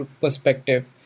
perspective